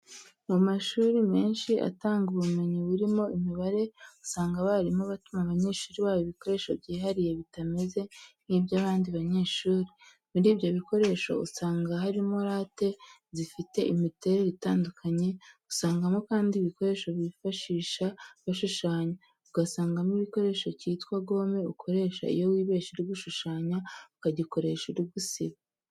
Mu mashuri menshi atanga ubumenyi burimo imibare, usanga abarimu batuma abanyeshuri babo ibikoresho byihariye bitameze nkibya abandi banyeshuri. Muri ibyo bikoresho usanga harimo late zifite imiterere itandukanye, usangamo kandi igikoresho bifashisha bashushanya, ugasangamo igikoresho cyitwa gome ukoresha iyo wibeshye uri gushushanya, ukagikoresha uri gusiba.